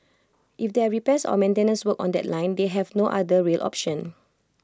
if there are repairs or maintenance work on that line they have no other rail option